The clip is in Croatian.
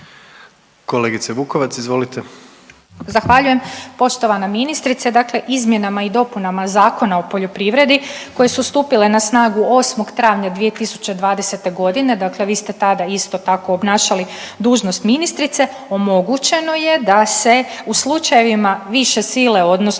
Kolegice, Vukovac, izvolite.